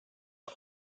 are